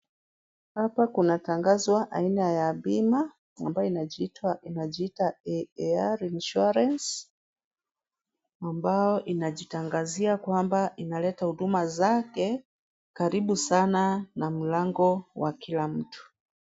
Hapa kunatangazwa aina ya bima ambayo inajiita AAR Insurance ambayo inajitangazia kwamba inaleta huduma zake karibu sana na mlango wa kila mtu.